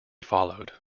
followed